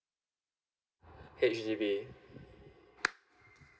H_D_B